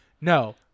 No